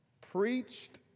preached